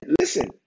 listen